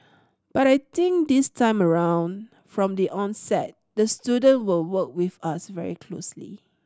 but I think this time around from the onset the student will work with us very closely